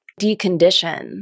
Decondition